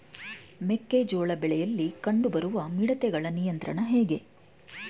ಮೆಕ್ಕೆ ಜೋಳ ಬೆಳೆಯಲ್ಲಿ ಕಂಡು ಬರುವ ಮಿಡತೆಗಳ ನಿಯಂತ್ರಣ ಹೇಗೆ?